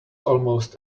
almost